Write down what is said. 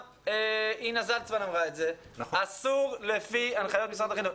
גם אינה זלצמן אמרה את זה שאסור לפי הנחיות משרד החינוך.